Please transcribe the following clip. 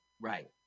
Right